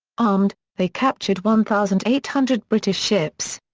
armed, they captured one thousand eight hundred british ships.